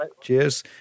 Cheers